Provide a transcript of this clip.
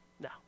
No